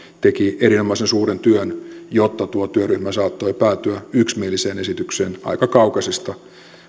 teki erinomaisen suuren työn jotta tuo työryhmä saattoi päätyä yksimieliseen esitykseen aika kaukaisista